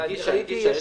הגישה.